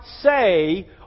say